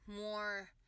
more